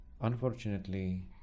Unfortunately